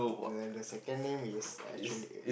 then the second name is actually